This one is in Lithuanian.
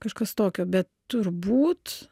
kažkas tokio bet turbūt